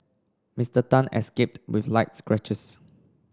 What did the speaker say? Mister Tan escaped with light scratches